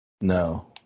No